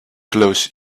close